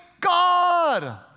God